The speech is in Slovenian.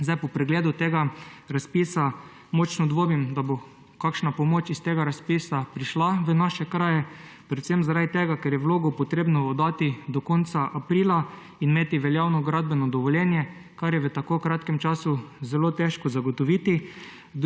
mest. Po pregledu tega razpisa močno dvomim, da bo kakšna pomoč iz tega razpisa prišla v naše kraje, predvsem zaradi tega, ker je vlogo potrebno oddati do konca aprila in imeti veljavno gradbeno dovoljenje, kar je v tako kratkem času zelo težko zagotoviti.